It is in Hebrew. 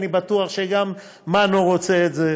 אני בטוח שגם מנו רוצה את זה,